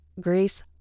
Grace